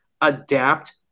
adapt